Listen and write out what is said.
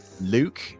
Luke